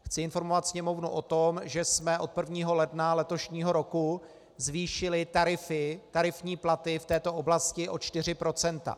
Chci informovat Sněmovnu o tom, že jsme od 1. ledna letošního roku zvýšili tarify, tarifní platy v této oblasti o 4 %.